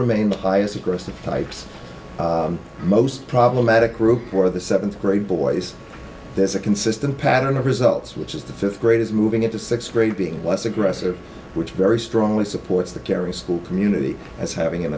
remain the highest aggressive types most problematic group or the seventh grade boys there's a consistent pattern of results which is the fifth graders moving into sixth grade being less aggressive which very strongly supports the kerry school community as having an